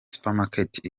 supermarket